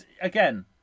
again